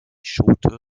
schote